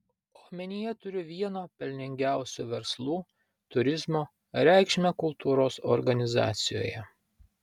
omenyje turiu vieno pelningiausių verslų turizmo reikšmę kultūros organizacijoje